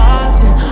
often